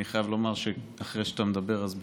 אני חייב לומר שאחרי שאתה דיברת אז בהחלט,